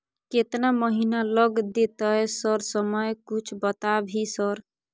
केतना महीना लग देतै सर समय कुछ बता भी सर?